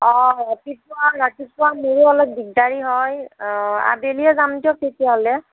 অ' ৰাতিপুৱা ৰাতিপুৱা মোৰো অলপ দিগদাৰি হয় আবেলিয়েই যাম দিয়ক তেতিয়াহ'লে